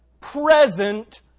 present